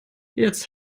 jetzt